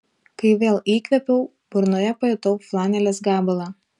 kai vėl įkvėpiau burnoje pajutau flanelės gabalą